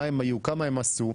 כמה הם עשו,